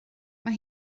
mae